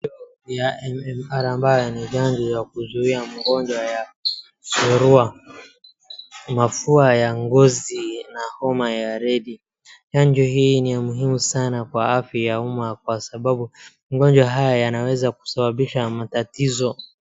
Chanjo ya MMR ambacho ni chanjo ya kuzuia mgonjwa kupata ugonjwa wa surua ,mafua ya ngozi na homa ya reli. Chanjo hii ni ya muhimu sana kwa afya ya umma kwa sababu magonjwa haya yanaweza kusababisha matatizo.